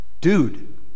dude